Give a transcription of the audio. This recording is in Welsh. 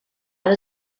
oedd